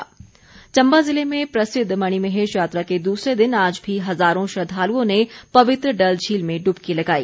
मणिमहेश चम्बा जिले में प्रसिद्ध मणिमहेश यात्रा के दूसरे दिन आज भी हज़ारों श्रद्वाल़ओं ने पवित्र डल झील में डुबकी लगाई